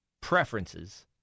preferences